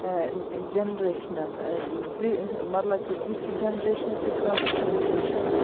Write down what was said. جَنریشنَن زِ مَطلَب کہِ زِچھِ جَنریشنہِ تہٕ کٲنٛسہِ جَنریشَن